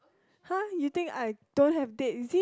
!huh! you think I don't have date is it